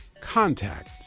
contact